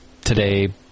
Today